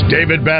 David